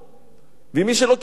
ומי שלא קיבל את הצלוב,